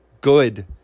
good